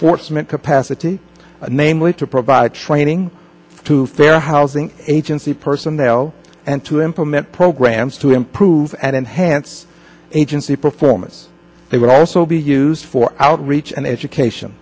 meant capacity namely to provide training to fair housing agency personnel and to implement programs to improve and enhance agency performance they would also be used for outreach and education